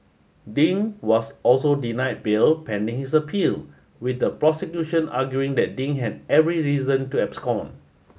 Ding was also denied bail pending his appeal with the prosecution arguing that Ding had every reason to abscond